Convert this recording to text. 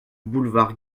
boulevard